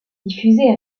diffusé